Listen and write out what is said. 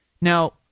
Now